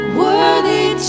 worthy